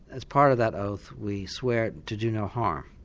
as part of that oath we swear to do no harm.